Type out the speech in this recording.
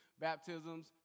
baptisms